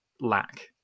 lack